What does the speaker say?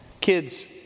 Kids